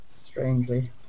Strangely